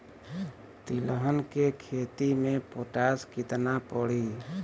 तिलहन के खेती मे पोटास कितना पड़ी?